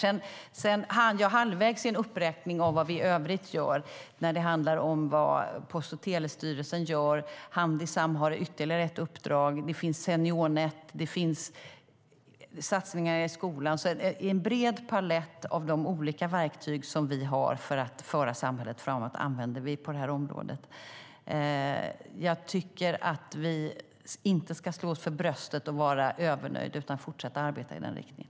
Jag hann halvvägs tidigare i en uppräkning av vad vi i övrigt gör när det gäller detta. Jag berättade vad Post och telestyrelsen gör. Handisam har ytterligare ett uppdrag, det finns Seniornet och det finns satsningar i skolan. Det är alltså en bred palett av olika verktyg som vi har för att föra samhället framåt och som vi använder på det här området. Jag tycker att vi inte ska slå oss för bröstet och vara övernöjda utan fortsätta arbeta i den riktningen.